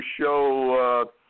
show